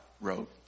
wrote